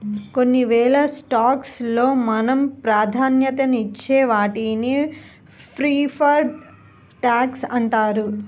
కొన్నివేల స్టాక్స్ లో మనం ప్రాధాన్యతనిచ్చే వాటిని ప్రిఫర్డ్ స్టాక్స్ అంటారు